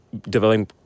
developing